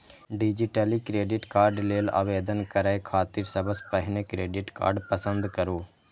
digitally credit card लेल आवेदन करै खातिर सबसं पहिने क्रेडिट कार्ड पसंद करू